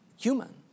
human